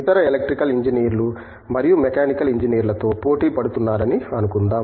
ఇతర ఎలక్ట్రికల్ ఇంజనీర్లు మరియు మెకానికల్ ఇంజనీర్లతో పోటీ పడుతున్నారని అనుకుందాం